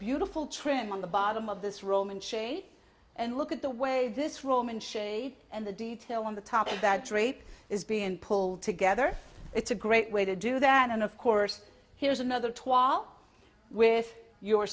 beautiful trim on the bottom of this roman shea and look at the way this roman shade and the detail on the top of that drape is being pulled together it's a great way to do that and of course here's another twat with your